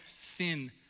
thin